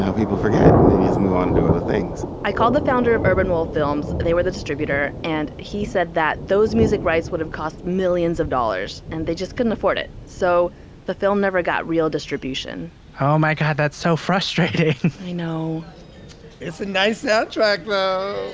people forget, and then you just move on and do other things i called the founder of urbanworld films. they were the distributor. and he said that those music rights would have cost millions of dollars, and they just couldn't afford it. so the film never got real distribution oh, my god. that's so frustrating i know it's a nice soundtrack though